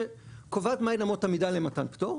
שקובעת מהן אמות המידה למתן פטור.